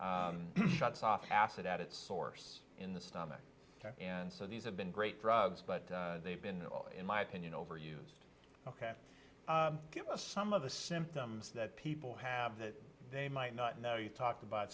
or shuts off passes at its source in the stomach and so these have been great drugs but they've been in my opinion overused ok give us some of the symptoms that people have that they might not know you talk about